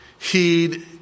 heed